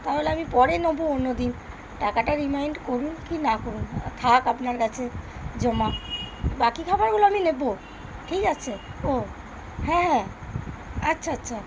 তাহলে আমি পরে নেব অন্য দিন টাকাটা রিমাইন্ড করুন কি না করুন থাক আপনার কাছে জমা বাকি খাবারগুলো আমি নেব ঠিক আছে ও হ্যাঁ হ্যাঁ আচ্ছা আচ্ছা